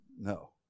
no